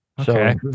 okay